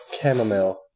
chamomile